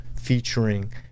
featuring